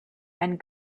and